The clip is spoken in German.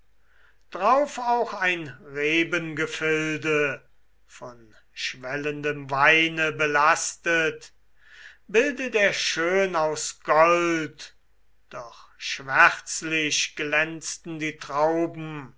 drauf auch ein rebengefilde von schwellendem weine belastet bildet er schön aus gold doch schwärzlich glänzten die trauben